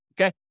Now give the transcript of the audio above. Okay